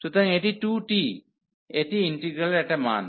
সুতরাং এটি 2t এটি ইন্টিগ্রালের একটা মান